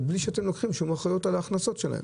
בלי שאתם לוקחים אחריות על ההכנסות שלהם.